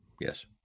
Yes